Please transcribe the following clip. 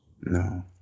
No